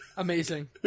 Amazing